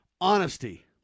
honesty